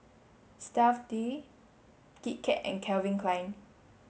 Stuff'd Kit Kat and Calvin Klein